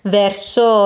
verso